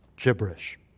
gibberish